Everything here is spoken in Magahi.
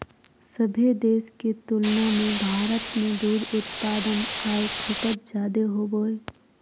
सभे देश के तुलना में भारत में दूध उत्पादन आऊ खपत जादे होबो हइ